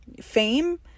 fame